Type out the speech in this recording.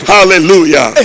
Hallelujah